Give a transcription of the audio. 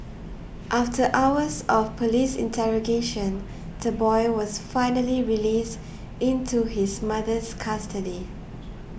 after hours of police interrogation the boy was finally released into his mother's custody